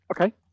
Okay